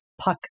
puck